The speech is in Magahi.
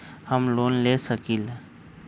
हम लोन ले सकील?